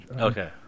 Okay